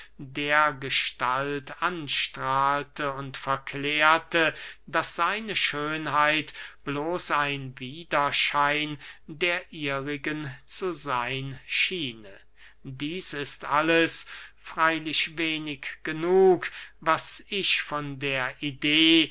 dergestalt anstrahlte und verklärte daß seine schönheit bloß ein widerschein der ihrigen zu seyn schiene dieß ist alles freylich wenig genug was ich von der idee